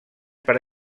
per